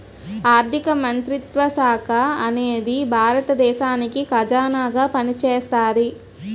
ఆర్ధిక మంత్రిత్వ శాఖ అనేది భారత దేశానికి ఖజానాగా పనిచేస్తాది